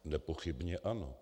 Nepochybně ano.